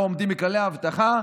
לא עומדים בכללי האבטחה.